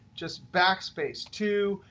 just backspace, two,